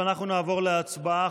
אנחנו נעבור להצבעה.